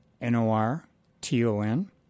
N-O-R-T-O-N